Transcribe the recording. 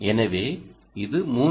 எனவே இது 3